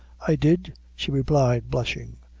i did, she replied, blushing.